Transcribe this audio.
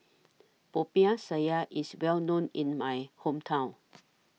Popiah Sayur IS Well known in My Hometown